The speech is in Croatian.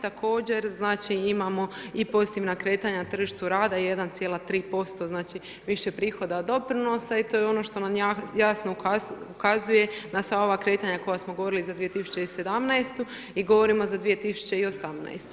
Također znači imamo i pozitivna kretanja na tržištu rada 1,3%, znači više prihoda od doprinosa i to je ono što nam jasno ukazuje n sva ova kretanja koja smo govorili za 2017. i govorimo i za 2018.